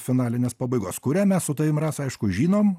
finalinės pabaigos kurią mes su tavim rasa aišku žinom